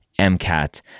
MCAT